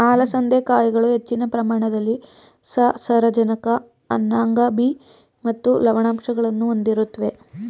ಅಲಸಂದೆ ಕಾಯಿಗಳು ಹೆಚ್ಚಿನ ಪ್ರಮಾಣದಲ್ಲಿ ಸಸಾರಜನಕ ಅನ್ನಾಂಗ ಬಿ ಮತ್ತು ಲವಣಾಂಶಗಳನ್ನು ಹೊಂದಿರುತ್ವೆ